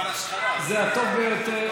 זה הטוב ביותר.